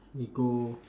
we go